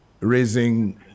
raising